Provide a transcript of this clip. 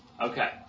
Okay